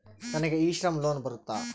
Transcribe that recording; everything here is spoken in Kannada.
ನನಗೆ ಇ ಶ್ರಮ್ ಲೋನ್ ಬರುತ್ತಾ?